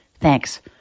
thanks